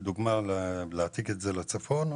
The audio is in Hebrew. לדוגמה להציג אותו לצפון.